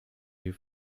die